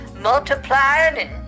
multiplying